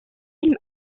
film